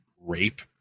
rape